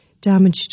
damaged